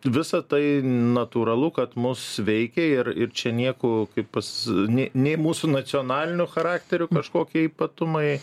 visa tai natūralu kad mus veikia ir ir čia nieko kaip pas nei nei mūsų nacionalinio charakterio kažkokie ypatumai